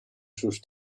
sus